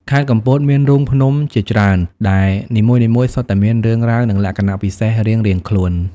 ខេត្តកំពតមានរូងភ្នំជាច្រើនដែលនីមួយៗសុទ្ធតែមានរឿងរ៉ាវ និងលក្ខណៈពិសេសរៀងៗខ្លួន។